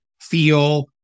feel